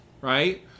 Right